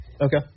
Okay